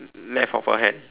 left of her hand